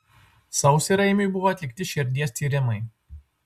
sausį raimiui buvo atlikti širdies tyrimai